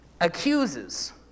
accuses